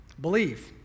Believe